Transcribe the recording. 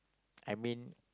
I mean